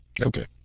Okay